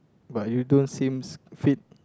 but you don't sames fit